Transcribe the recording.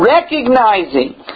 Recognizing